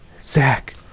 Zach